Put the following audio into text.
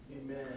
Amen